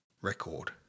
record